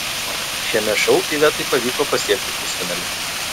šiame šou ivetai pavyko pasiekti pusfinalį